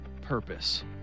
Purpose